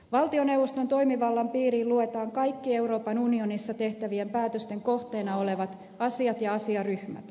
valtioneuvoston toimivallan piiriin luetaan kaikki euroopan unionissa tehtävien päätösten kohteena olevat asiat ja asiaryhmät